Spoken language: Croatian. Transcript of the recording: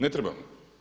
Ne trebamo.